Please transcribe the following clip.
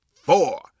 four